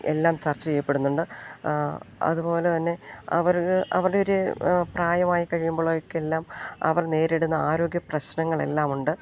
എല്ലാം ചർച്ച ചെയ്യപ്പെടുന്നുണ്ട് അതു പോലെ തന്നെ അവർ അവരുടെ ഒരു പ്രായമായി കഴിയുമ്പോഴൊക്കെയെല്ലാം അവർ നേരിടുന്ന ആരോഗ്യ പ്രശ്നങ്ങളെല്ലാമുണ്ട്